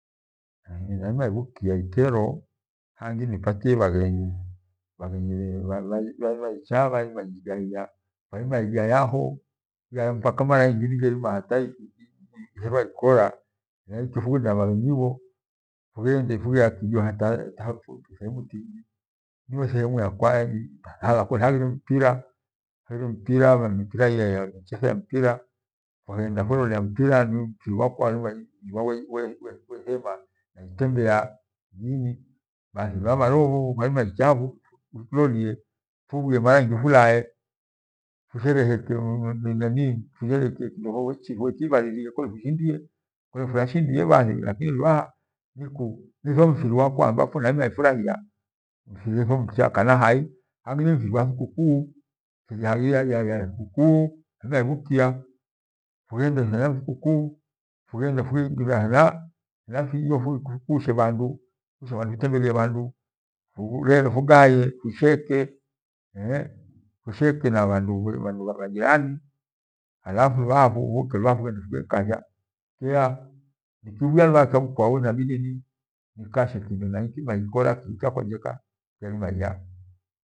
Nairima ibhukia ikero hangi nipatie bhaghenyi. Bhaghenyi bha- bhachieha bhairima injigaiya fwairima ighayoho mpaka mara ingi nigheirwa hata iherwa ikora, hena ileyo fugaye na bhaghenyibho fughenda fughega kijo hata thehemu tingi niyo thehemu takwa kole haghire mpira mpira sehemu yoyechethea mpira fwaghenda fughelolea mpira nifuri wakwa we- welema naitembea inyi bathi bharoo bho bhairima ichaho fulolie fuwie mawa ingi fulae furere, kindo fughekibhalie kole fushinde kole furashindie bathi lakini lubhaha niku nitho mfiri wakwa ambapo nairima ifurahia miritho mcha kana hai hangi niruifiri wa thikukuu fuhia ya ya thikukuu nairima ibhukia nirerie bhandu fughendie hena thikukuu fughende fuingie hena kijo fukushe bhandu futembelie bhandu fugaye fusheke fushehe na bhandu lubhaha fughekasha kyeya nikuvwia luwaha kyabhukwau inabidi nikashe kijo kyakwa njeka nairima iya.